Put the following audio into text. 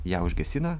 ją užgesina